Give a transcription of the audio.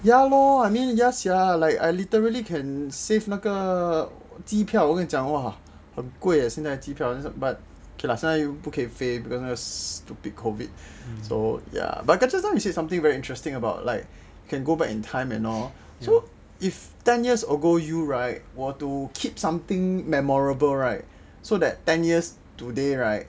ya lor I mean ya sia like I literally can save 那个机票我跟你讲 !wah! 很贵现在机票 but okay lah 现在又不可以飞 because 那个 stupid COVID so ya but just now you say something very interesting like go back in time and all so if ten years ago you right if you were to keep something memorable right so that ten years today right